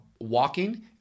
walking